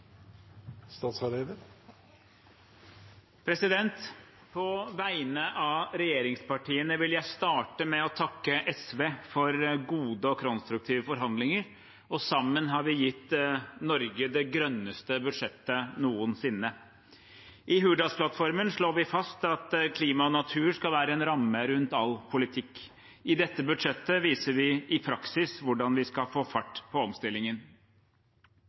gitt Norge det grønneste budsjettet noensinne. I Hurdalsplattformen slår vi fast at klima og natur skal være en ramme rundt all politikk. I dette budsjettet viser vi i praksis hvordan vi skal få fart på omstillingen.